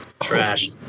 Trash